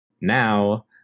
now